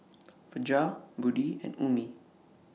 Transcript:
Fajar Budi and Ummi